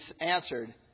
answered